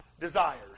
desires